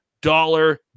dollar